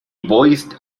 voiced